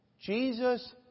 Jesus